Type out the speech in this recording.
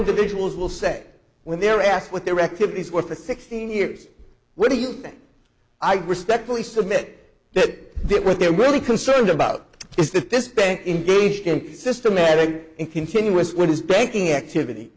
individuals will say when they're asked what their activities were for sixteen years what do you think i respectfully submit that that what they're really concerned about is that this bank engaged in systematic and continuous what is banking activity